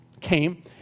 came